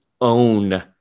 own